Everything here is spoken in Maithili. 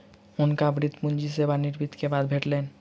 हुनका वृति पूंजी सेवा निवृति के बाद भेटलैन